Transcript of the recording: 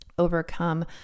Overcome